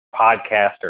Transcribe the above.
podcaster